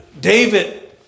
David